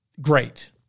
Great